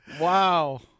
Wow